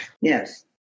Yes